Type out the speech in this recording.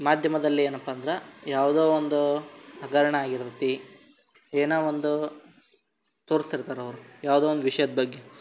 ಮಾಧ್ಯಮದಲ್ಲಿ ಏನಪ್ಪ ಅಂದ್ರೆ ಯಾವುದೋ ಒಂದು ಹಗರಣ ಆಗಿರ್ತದೆ ಏನೋ ಒಂದು ತೋರ್ಸಿರ್ತಾರೆ ಅವರು ಯಾವುದೋ ಒಂದು ವಿಷ್ಯದ ಬಗ್ಗೆ